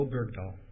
Bergdahl